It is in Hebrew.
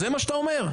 זה מה שאתה אומר?